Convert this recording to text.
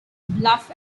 bluff